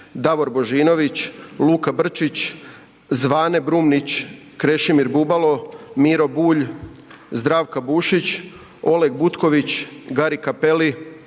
Davor Božinović, Luka Brčić, Zvane Brumnić, Krešimir Bubalo, Miro Bulj, Zdravka Bušić, Oleg Butković, Gari Cappelli,